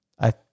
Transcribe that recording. I